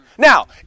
Now